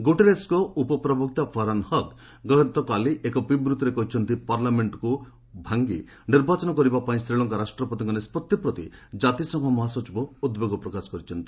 ଗୁଟେରେସ୍ଙ୍କ ଉପପ୍ରବକ୍ତା Farhan Haq ଗତକାଲି ଏକ ବିବୃତ୍ତିରେ କହିଛନ୍ତି ପାର୍ଲାମେଙ୍କକୁ ଭାଙ୍ଗି ନିର୍ବାଚନ କରିବାପାଇଁ ଶ୍ରୀଲଙ୍କା ରାଷ୍ଟ୍ରପତିଙ୍କ ନିଷ୍କଭି ପ୍ରତି କାତିସଂଘ ମହାସିଚିବ ଉଦ୍ବେଗ ପ୍ରକାଶ କରିଛନ୍ତି